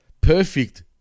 Perfect